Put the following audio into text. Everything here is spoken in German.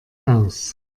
aus